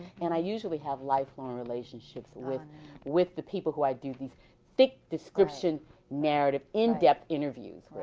and i usually have lifelong relationships with with the people who i do these thick, description narrative in-depth interviews with.